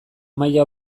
maila